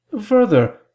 Further